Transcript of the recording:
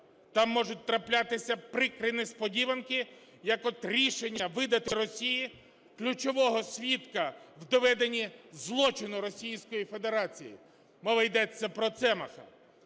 Там можуть траплятися прикрі несподіванки, як от рішення видати Росії ключового свідка в доведенні злочину Російської Федерації, мова йдеться про Цемаха.